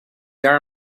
daar